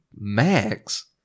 Max